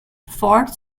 fort